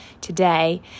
today